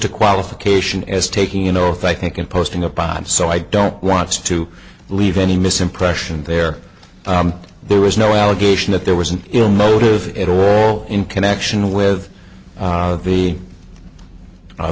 to qualification as taking you know if i think in posting up by so i don't want to leave any misimpression there there is no allegation that there was an ill motive at all in connection with the